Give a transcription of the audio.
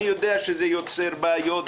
אני יודע שזה יוצר בעיות,